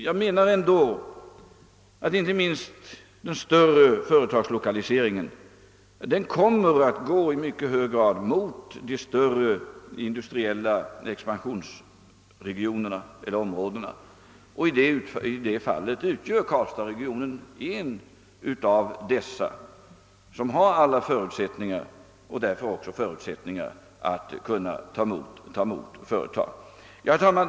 Jag tror dock att lokaliseringen av större företag i mycket hög grad kommer att gå i riktning mot de större industriella expansionsområdena, och karlstadsregionen är ett av dessa områden, som har alla förutsättningar att kunna ta emot företag. Herr talman!